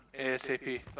asap